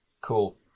cool